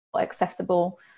accessible